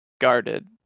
guarded